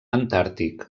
antàrtic